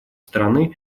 страны